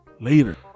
later